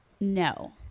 No